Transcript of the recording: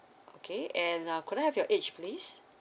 okay and uh could I have your age please